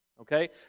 Okay